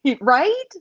right